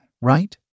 right